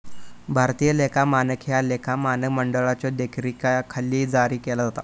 भारतीय लेखा मानक ह्या लेखा मानक मंडळाच्यो देखरेखीखाली जारी केला जाता